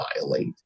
violate